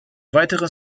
weitere